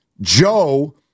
Joe